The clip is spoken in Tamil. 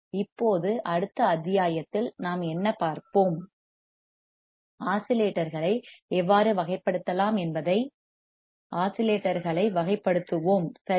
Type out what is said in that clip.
இப்போது அடுத்த அத்தியாயத்தில் நாம் என்ன பார்ப்போம் ஆஸிலேட்டர்களை எவ்வாறு வகைப்படுத்தலாம் என்பதை ஆஸிலேட்டர்களை வகைப்படுத்துவோம் சரியா